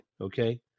okay